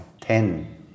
ten